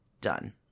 done